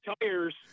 tires